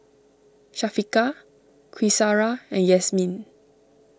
Syafiqah Qaisara and Yasmin